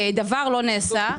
ודבר לא נעשה.